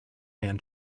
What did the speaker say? man